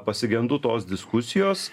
pasigendu tos diskusijos